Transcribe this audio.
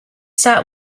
start